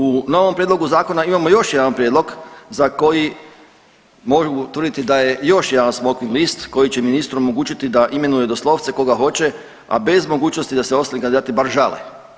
U novom prijedlogu zakona imamo još jedan prijedlog za koji mogu tvrditi da je još jedan smokvin list koji će ministru omogućiti da imenuje doslovce koga hoće, a bez mogućnosti da se ostali kandidati bar žale.